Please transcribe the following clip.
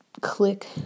click